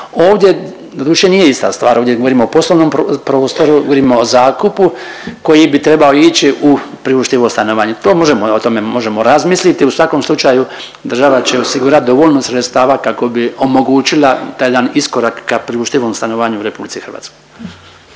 Ovdje doduše nije ista stvar, ovdje govorimo o poslovnom prostoru, govorimo o zakupu koji bi trebao ići u priuštivo stanovanje. To možemo, o tome možemo razmisliti, u svakom slučaju država će osigurat dovoljno sredstava kako bi omogućila taj jedan iskorak ka priuštivom stanovanju u RH.